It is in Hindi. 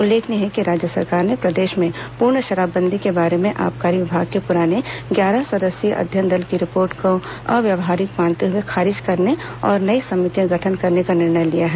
उल्लेखनीय है कि राज्य सरकार ने प्रदेश में पूर्ण शराबबंदी के बारे में आबकारी विभाग के पूराने ग्यारह सदस्यीय अध्ययन दल की रिपोर्ट को अव्यावहारिक मानते हुए खारिज करने और नई समितियां गठित करने का निर्णय लिया है